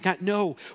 No